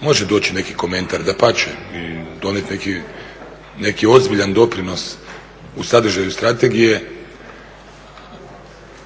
može doći neki komentar, dapače, i donijeti neki ozbiljan doprinos u sadržaju strategije,